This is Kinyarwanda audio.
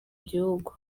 gihugu